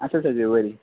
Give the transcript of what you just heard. आसा सगळीं बरीं